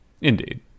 Indeed